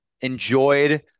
enjoyed